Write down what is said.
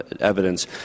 evidence